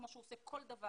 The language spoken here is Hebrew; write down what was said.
כמו שהוא עושה כל דבר